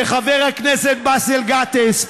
וחבר הכנסת באסל גטאס,